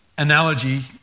analogy